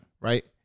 right